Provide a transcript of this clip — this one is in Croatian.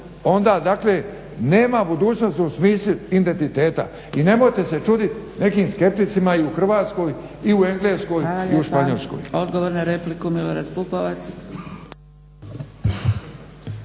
onda dakle nema budućnosti u smislu identiteta. I nemojte se čudit nekim skepticima i u Hrvatskoj i u Engleskoj i u Španjolskoj.